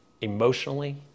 emotionally